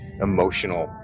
emotional